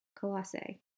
Colossae